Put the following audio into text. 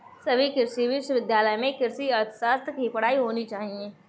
सभी कृषि विश्वविद्यालय में कृषि अर्थशास्त्र की पढ़ाई होनी चाहिए